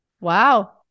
Wow